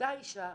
שאותה אישה,